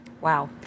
Wow